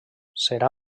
serà